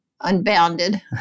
unbounded